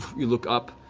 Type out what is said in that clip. you look up.